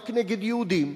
רק נגד יהודים,